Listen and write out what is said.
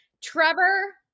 Trevor